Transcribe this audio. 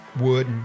wood